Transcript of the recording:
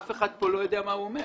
שאף אחד פה לא יודע מה הוא אומר.